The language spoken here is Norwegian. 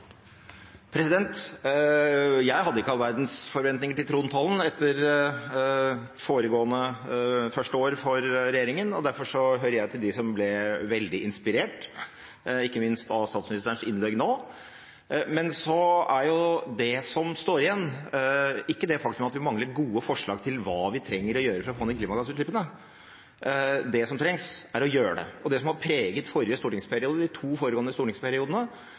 Jeg hadde ikke all verdens forventninger til trontalen etter det første året til regjeringen. Derfor hører jeg til dem som ble veldig inspirert, ikke minst av statsministerens innlegg nå. Men så er det som står igjen ikke det faktum at vi mangler gode forslag til hva vi trenger å gjøre for å få ned klimagassutslippene. Det som trengs, er å gjøre det, og det som har preget forrige stortingsperiode – de to foregående stortingsperiodene